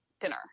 dinner